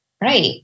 Right